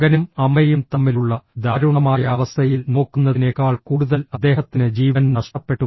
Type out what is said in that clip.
മകനും അമ്മയും തമ്മിലുള്ള ദാരുണമായ അവസ്ഥയിൽ നോക്കുന്നതിനേക്കാൾ കൂടുതൽ അദ്ദേഹത്തിന് ജീവൻ നഷ്ടപ്പെട്ടു